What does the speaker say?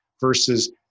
versus